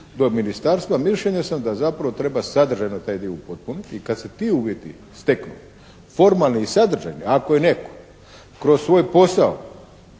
do ministarstva. Mišljenja sam da zapravo treba sadržajno taj dio upotpuniti i kad se ti uvjeti steknu, formalni i sadržajni, ako je netko kroz svoj posao